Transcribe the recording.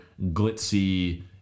glitzy